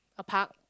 a park